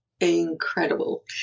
incredible